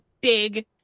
big